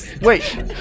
wait